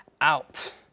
out